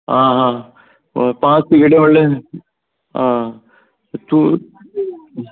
आं आं पांच तिकेट्यो म्हणल्यार आं तूं